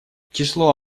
число